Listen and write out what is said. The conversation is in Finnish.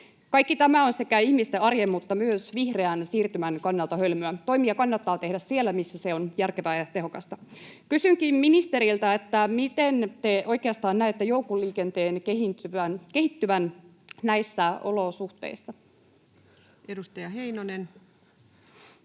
Kaikki tämä on sekä ihmisten arjen että myös vihreän siirtymän kannalta hölmöä. Toimia kannattaa tehdä siellä, missä se on järkevää ja tehokasta. Kysynkin ministeriltä: miten te oikeastaan näette joukkoliikenteen kehittyvän näissä olosuhteissa? Edustaja Heinonen.